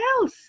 else